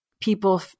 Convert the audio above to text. people